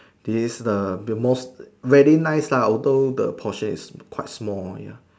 this the the more very nice lah although the portion is quite small ya